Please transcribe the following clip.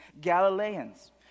Galileans